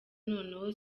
noneho